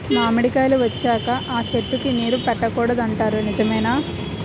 మామిడికాయలు వచ్చాక అ చెట్టుకి నీరు పెట్టకూడదు అంటారు నిజమేనా?